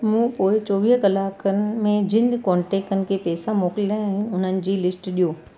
मूं पोइ चोवीह कलाकनि में जिन कॉन्टेक्नि खे पैसा मोकिलिया आहिनि उन्हनि जी लिस्ट ॾियो